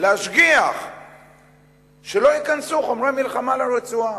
להשגיח שלא ייכנסו חומרי מלחמה לרצועה.